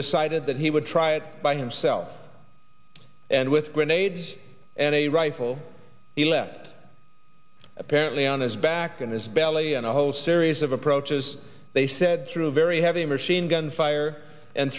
decided that he would try it by himself and with grenades and a rifle he left apparently on his back in his belly and a whole series of approaches they said through very heavy machine gun on fire and